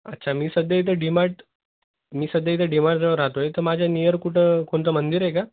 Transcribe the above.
अच्छा मी सध्या इथं डी मार्ट मी सध्या इथं डि मार्टजवळ राहतो आहे इथं माझ्या नीयर कुठं कोणतं मंदिर आहे का